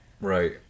Right